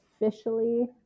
officially